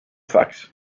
fax